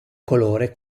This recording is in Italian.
colore